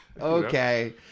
Okay